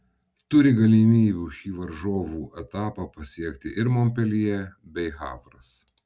turi galimybių šį varžybų etapą pasiekti ir monpeljė bei havras